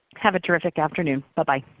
have a terrific afternoon. bye-bye.